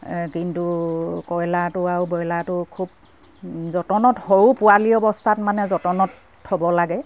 কিন্তু কয়লাৰটো আৰু ব্ৰইলাৰটো খুব যতনত সৰু পোৱালি অৱস্থাত মানে যতনত থ'ব লাগে